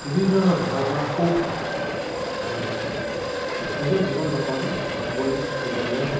বিভিন্ন ধৰণৰ সুখ আনি নিজৰ জীৱন যাপন আগুৱাই নিবলৈয়ো সক্ষম হয়